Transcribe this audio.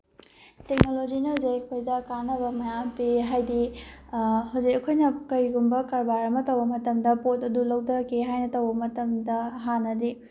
ꯇꯦꯛꯅꯣꯂꯣꯖꯤꯅ ꯍꯧꯖꯤꯛ ꯑꯩꯈꯣꯏꯗ ꯀꯥꯟꯅꯕ ꯃꯌꯥꯝ ꯄꯤ ꯍꯥꯏꯗꯤ ꯍꯧꯖꯤꯛ ꯑꯩꯈꯣꯏꯅ ꯀꯩꯒꯨꯝꯕ ꯀꯔꯕꯥꯔ ꯑꯃ ꯇꯧꯕ ꯃꯇꯝꯗ ꯄꯣꯠ ꯑꯗꯨ ꯂꯧꯊꯒꯦ ꯍꯥꯏꯅ ꯇꯧꯕ ꯃꯇꯝꯗ ꯍꯥꯟꯅꯗꯤ